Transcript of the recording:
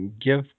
give